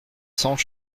cents